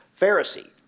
Pharisee